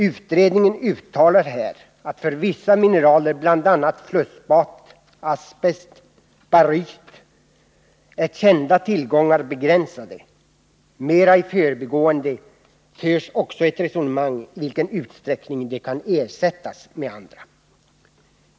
Utredningen uttalar här att för vissa mineraler, bl.a. flusspat, asbest och baryt, är de kända tillgångarna begränsade. Mera i förbigående förs också ett resonemang om i vilken utsträckning de kan ersättas med andra.